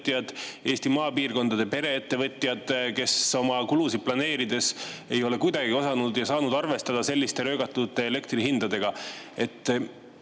Eesti maapiirkondade pereettevõtjad, kes oma kulusid planeerides ei ole kuidagi osanud ega saanud arvestada selliste röögatute elektrihindadega.